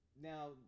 Now